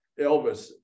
Elvis